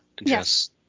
Yes